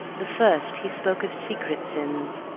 the first he spoke of secret sins,